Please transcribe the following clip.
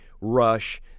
Rush